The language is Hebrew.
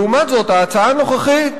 לעומת זאת, בהצעה הנוכחית